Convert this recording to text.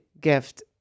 gift